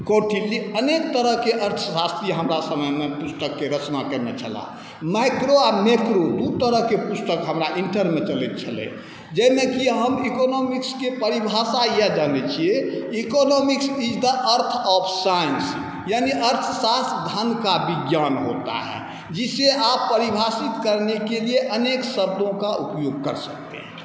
कौटिल्य अनेक तरहके अर्थशास्त्री हमरा समयमे पुस्तकके रचना केने छलाह माइक्रो आओर मैक्रो दुइ तरहके पुस्तक हमरा इण्टरमे चलै छलै जाहिमे कि हम इकोनॉमिक्सके परिभाषा इएह जानै छी इकोनॉमिक्स इज द अर्थ ऑफ साइन्स यानी अर्थशास्त्र धन का विज्ञान होता है जिसे आप परिभाषित करनेके लिए अनेक ब्दों का उपयोग कर सकते हैं